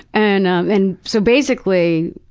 and and so basically,